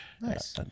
Nice